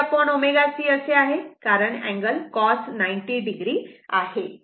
हे jω C असे आहे कारण अँगल cos 90 o आहे